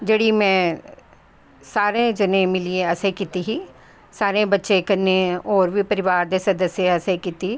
जेह्ड़ी में सारें जनें असैं कीती ही सारें बच्चें कन्नैं होर बी परिवार दे सदस्यें असैं कीती